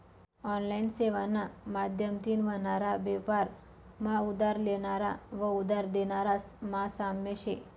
online सेवाना माध्यमतीन व्हनारा बेपार मा उधार लेनारा व उधार देनारास मा साम्य शे